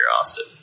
Austin